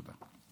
תודה.